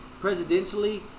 Presidentially